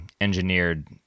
engineered